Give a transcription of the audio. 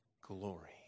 glory